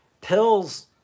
pills